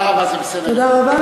תודה רבה, זה בסדר גמור.